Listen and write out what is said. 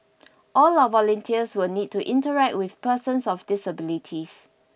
all our volunteers will need to interact with persons of disabilities